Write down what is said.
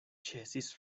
ĉesis